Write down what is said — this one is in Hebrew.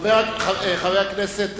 חבר הכנסת חסון,